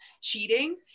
cheating